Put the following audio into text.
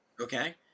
Okay